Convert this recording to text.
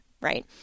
right